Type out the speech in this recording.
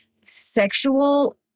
sexual